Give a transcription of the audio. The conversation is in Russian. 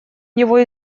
него